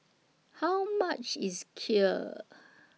How much IS Kheer